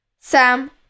Sam